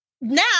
Now